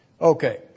Okay